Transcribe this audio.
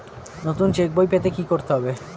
নতুন চেক বই পেতে কী করতে হবে?